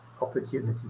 opportunity